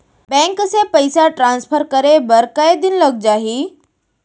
Bank से पइसा transfer करे बर कई दिन लग जाही?